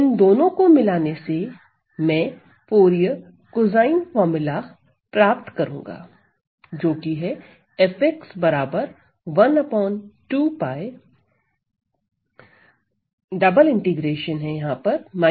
इन दोनों को मिलाने से मैं फूरिये कोसाइन फार्मूला प्राप्त करूंगा